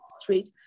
street